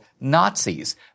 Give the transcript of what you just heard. Nazis